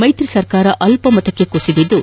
ಮೈತ್ರಿ ಸರ್ಕಾರ ಅಲ್ಲಮತಕ್ಕೆ ಕುಸಿದಿದ್ದು